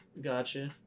Gotcha